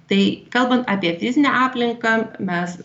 tai kalbant apie fizinę aplinką mes